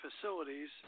facilities